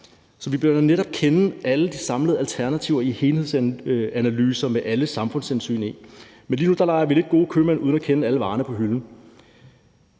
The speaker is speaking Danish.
Så vi bør da netop kende alle de samlede alternativer i helhedsanalyser, hvor alle samfundshensyn er taget med. Men lige nu leger vi lidt gode købmænd uden at kende alle varerne på hylden.